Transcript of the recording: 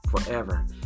forever